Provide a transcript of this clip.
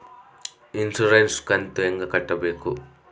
Insurance ಕಂತು ಹೆಂಗ ಕಟ್ಟಬೇಕು?